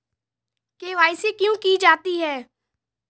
KYC क्यों की जाती है?